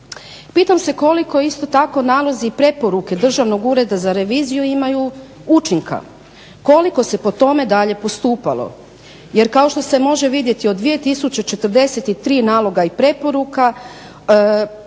Pitam se koliko isto tako nalazi i preporuke Državnog ureda za reviziju imaju učinka, koliko se po tome dalje postupalo. Jer kao što se može vidjeti od 2043 naloga i preporuka